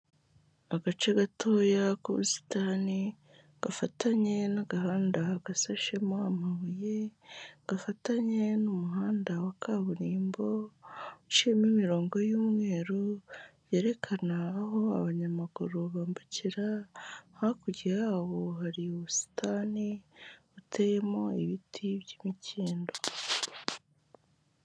Agace gatoya k'ubusitani gafatanye n'agahanda gasashemo amabuye, gafatanye n'umuhanda wa kaburimbo uciyemo imirongo y'umweru yerekana aho abanyamaguru bambukira. Hakurya yaho hari ubusitani buteyemo ibiti by'imikindo.